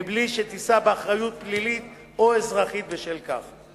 מבלי שתישא באחריות פלילית או אזרחית בשל כך.